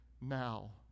now